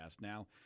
Now